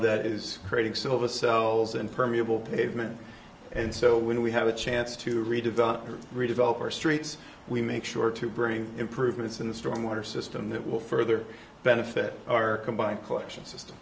that is creating still the cells and permeable pavement and so when we have a chance to redevelop redevelop our streets we make sure to bring improvements in the storm water system that will further benefit our combined collection system